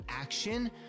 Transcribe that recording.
action